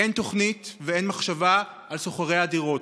אין תוכנית ואין מחשבה על שוכרי הדירות.